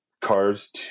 Cars